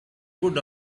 good